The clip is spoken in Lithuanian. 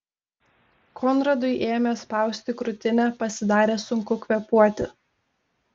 konradui ėmė spausti krūtinę pasidarė sunku kvėpuoti